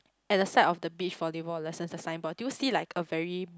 at the side of the beach volleyball lessons the sign board do you see like a very